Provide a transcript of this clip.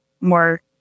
more